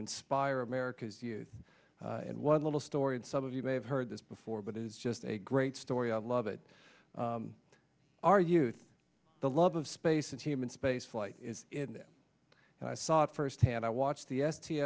inspire america's youth and one little story and some of you may have heard this before but it is just a great story i love it our youth the love of space and human spaceflight is in it and i saw it firsthand i watched the s t